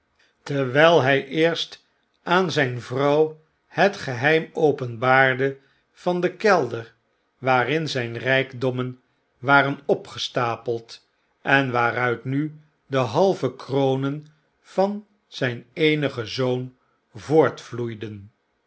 terwyl hij eerst aan zijn vrouw het geheim openbaarde van den kelder waarin zyn rykdommen waren opgestapeld en waaruit nu de halve kronen van zijn eenigen zoon